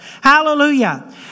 Hallelujah